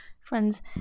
friends